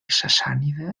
sassànida